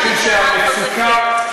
משום שהמצוקה,